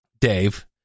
Dave